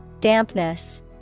Dampness